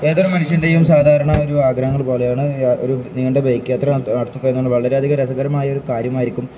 ഏതൊരു മനുഷ്യൻ്റെയും സാധാരണ ഒരു ആഗ്രഹങ്ങള് പോലെയാണ് ഒരു നീണ്ട ബൈക്ക് യാത്ര നടത്തിക്കഴിഞ്ഞാല് വളരെയധികം രസകരമായ ഒരു കാര്യമായിരിക്കും